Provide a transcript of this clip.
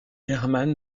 herman